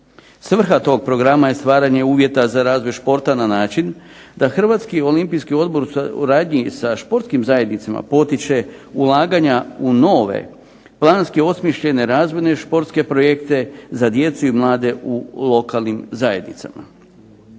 Svrha tog programa je stvaranje uvjeta za razvoj športa na način da Hrvatski olimpijski odbor u radnji sa športskim zajednicama potiče ulaganja u nove planski osmišljene razvojne športske projekte za djecu i mlade u lokalnim zajednicama.